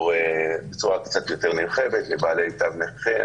בצורה קצת יותר נרחבת לבעלי תו נכה.